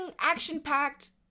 action-packed